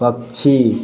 पक्षी